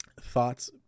Thoughts